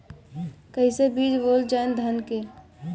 कईसन बीज बोअल जाई धान के?